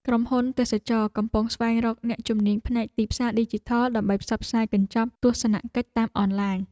ក្រុមហ៊ុនទេសចរណ៍កំពុងស្វែងរកអ្នកជំនាញផ្នែកទីផ្សារឌីជីថល ដើម្បីផ្សព្វផ្សាយកញ្ចប់ទស្សនកិច្ចតាមអនឡាញ។